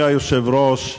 אדוני היושב-ראש,